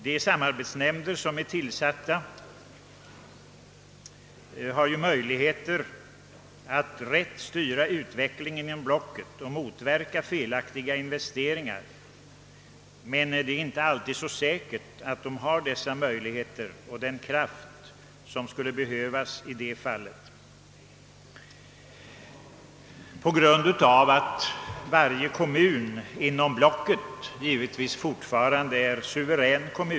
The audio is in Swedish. De samarbetsnämnder som tillsatts skall ha till uppgift att rätt styra utvecklingen inom blocket och motverka felaktiga investeringar. Men det är inte alltid så säkert att de har de möjligheter och den kraft som skulle behövas för detta, eftersom varje kommun inom blocket fortfarande är suverän.